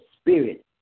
spirit